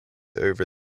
over